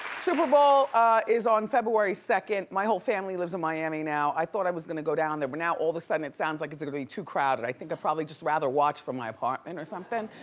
super bowl is on february second. my whole family lives in miami now. i thought i was gonna go down there, but now all of a sudden it sounds like it's gonna be too crowded. i think i'd probably just rather watch from my apartment or something.